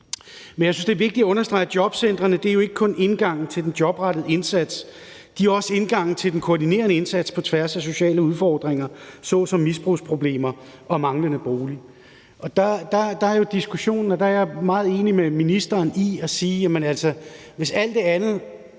Men jeg synes jo, det er vigtigt at understrege, at jobcentrene ikke kun er indgangen til den jobrettede indsats. De er også indgangen til den koordinerende indsats på tværs af sociale udfordringer såsom misbrugsproblemer og en manglende bolig, og i den diskussion er jeg meget enig med ministeren i at sige, at vi, hvis alt det andet